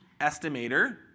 estimator